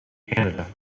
canada